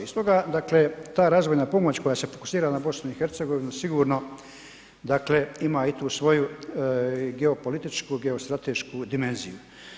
I stoga dakle ta razvojna pomoć koja se fokusira na BiH sigurno dakle ima i tu svoju i geopolitičku i geostratešku dimenziju.